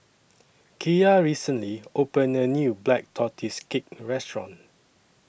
Kiya recently opened A New Black Tortoise Cake Restaurant